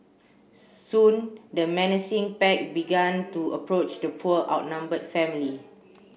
soon the menacing pack began to approach the poor outnumbered family